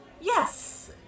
Yes